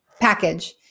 package